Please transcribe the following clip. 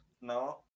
No